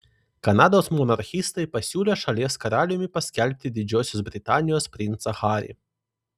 kanados monarchistai pasiūlė šalies karaliumi paskelbti didžiosios britanijos princą harį